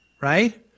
right